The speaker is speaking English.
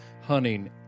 hunting